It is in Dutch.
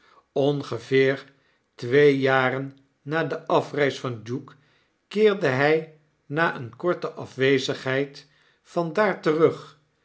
ongeveer twee jaren na de afreis van duke keerde hy na eene korte afwezigheid van daar terug